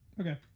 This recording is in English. Okay